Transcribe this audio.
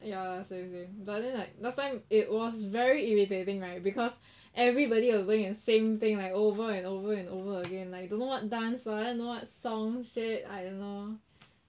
ya same same but then like last time it was very irritating right because everybody was doing the same thing like over and over again like don't know what dance lah then don't know what song shit I don't know